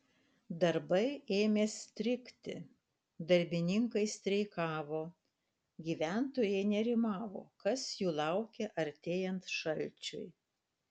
darbai ėmė strigti darbininkai streikavo gyventojai nerimavo kas jų laukia artėjant šalčiui